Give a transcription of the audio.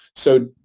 so,